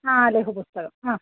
लघुपुस्तकं